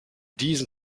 diesen